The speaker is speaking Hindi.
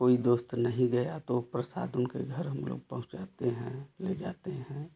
कोई दोस्त नहीं गया तो प्रसाद उनके घर हम लोग पहुँचाते हैं ले जाते हैं